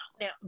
now